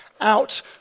out